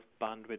bandwidth